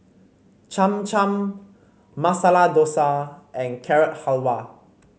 Cham Cham Masala Dosa and Carrot Halwa